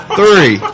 three